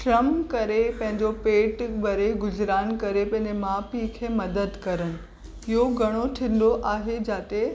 श्रम करे पंहिंजो पेटु भरे गुज़राइण करे पंहिंजे माउ पीउ खे मदद करणु इहो घणो थींदो आहे जिथे